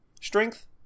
strength